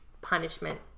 punishment